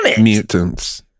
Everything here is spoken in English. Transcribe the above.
mutants